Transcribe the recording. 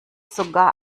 sogar